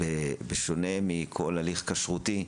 בשונה מכל הליך כשרותי,